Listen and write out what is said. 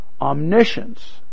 omniscience